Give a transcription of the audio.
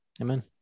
Amen